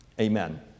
Amen